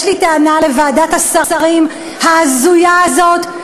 יש לי טענה לוועדת השרים ההזויה הזאת,